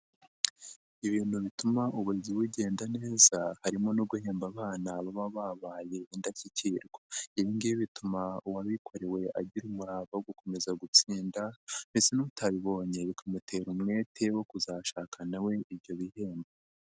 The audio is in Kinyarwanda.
Ibintu bituma uburezi bugenda neza harimo no guhemba abana baba babaye indashyikirwa, ibi ngibi bituma uwabikorewe agira umurava wo gukomeza gutsinda ndetse n'utabibonye bikamutera umwete wo kuzashaka na we ibyo bihembo.